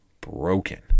Broken